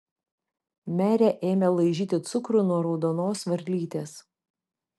merė ėmė laižyti cukrų nuo raudonos varlytės